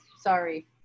sorry